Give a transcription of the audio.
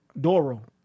Doro